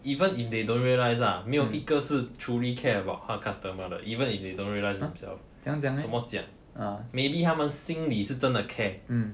even if they don't realize ah 没有一个是 truly care about 他的 customer 的 even if they don't realize themself 怎么讲 maybe 他们心里是真的 care